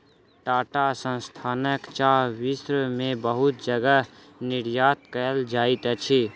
टाटा संस्थानक चाह विश्व में बहुत जगह निर्यात कयल जाइत अछि